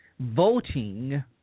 voting